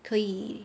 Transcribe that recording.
可以